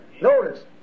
Notice